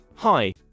Hi